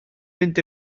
mynd